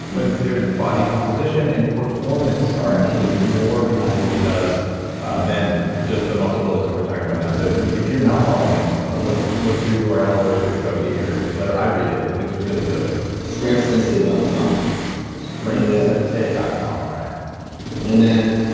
but there's body composition and performance are actually more behind what he does than just the muscle-building stuff we're talking about now. so if you're not following him, what's what's your your url or where should people go to get your newsletter? i read it. like it's really good strengthsensei dot com strengthsensei dot com. all right and and